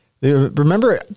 Remember